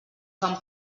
fan